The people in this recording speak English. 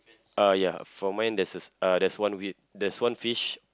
uh ya from mine there's a uh there's one there's one fish